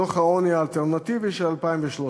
דוח העוני האלטרנטיבי של 2013: